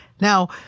now